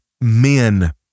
men